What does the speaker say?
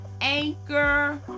anchor